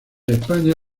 españa